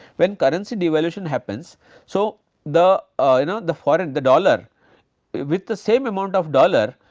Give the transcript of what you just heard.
when currency devaluation happens so the ah you know the foreign, the dollar with the same amount of dollar,